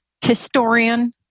historian